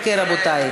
אוקיי, רבותי.